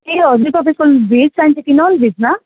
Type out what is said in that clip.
ए हजुर तपाईँको भेज चाहिन्छ कि नन भेजमा